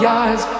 eyes